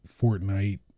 Fortnite